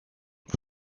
was